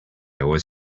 always